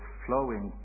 flowing